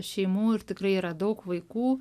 šeimų ir tikrai yra daug vaikų